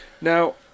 Now